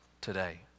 today